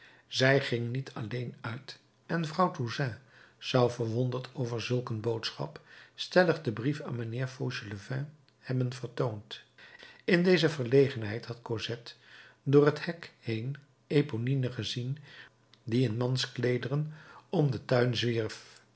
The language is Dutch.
zij ging niet alleen uit en vrouw toussaint zou verwonderd over zulk een boodschap stellig den brief aan mijnheer fauchelevent hebben vertoond in deze verlegenheid had cosette door het hek heen eponine gezien die in manskleederen om den tuin zwierf